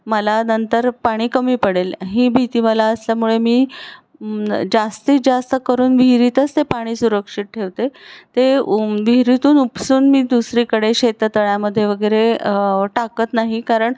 मला नंतर पाणी कमी पडेल ही भीती मला असल्यामुळे मी जास्तीत जास्त करून विहिरीतच ते पाणी सुरक्षित ठेवते ते विहिरीतून उपसून मी दुसरीकडे शेततळ्यामध्ये वगैरे टाकत नाही कारण